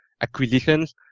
acquisitions